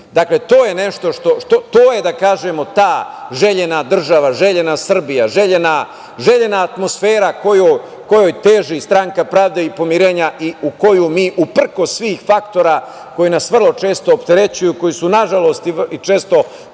na račun drugih. Dakle, to je da kažemo ta željena država, željena Srbija, željena atmosfera kojoj teži Stranka pravde i pomirenja i u koju mi uprkos svih faktora koji nas vrlo često opterećuju, koji su nažalost i često